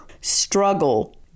Struggle